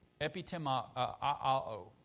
Epitemao